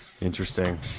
Interesting